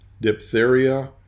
diphtheria